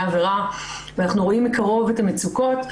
עבירה ואנחנו רואים מקרוב את המצוקות.